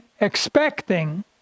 expecting